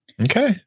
Okay